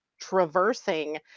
traversing